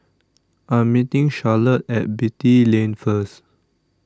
I Am meeting Charlotte At Beatty Lane First